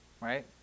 Right